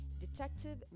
Detective